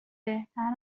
بهتر